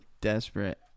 desperate